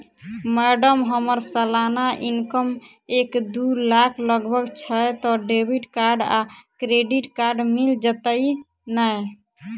Madam हम्मर सलाना income एक दु लाख लगभग छैय तऽ डेबिट कार्ड आ क्रेडिट कार्ड मिल जतैई नै?